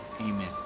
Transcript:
amen